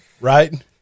Right